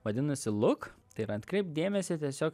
vadinosi look tai yra atkreipk dėmesį tiesiog